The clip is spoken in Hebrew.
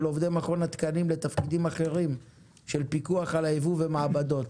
עובדי מכון התקנים לתפקידים אחרים של פיקוח על הייבוא ומעבדות.